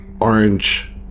orange